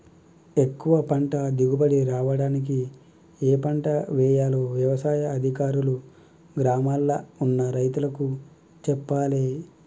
ఎక్కువ పంట దిగుబడి రావడానికి ఏ పంట వేయాలో వ్యవసాయ అధికారులు గ్రామాల్ల ఉన్న రైతులకు చెప్పాలే